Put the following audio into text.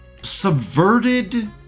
subverted